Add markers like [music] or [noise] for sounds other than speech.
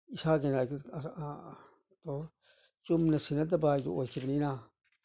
ꯏꯁꯥꯒꯤ ꯅꯥꯒꯔꯤꯛ [unintelligible] ꯆꯨꯝꯅ ꯁꯤꯟꯅꯗꯕ ꯍꯥꯏꯗꯣ ꯑꯣꯏꯈꯤꯕꯅꯤꯅ